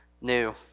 new